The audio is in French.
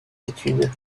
études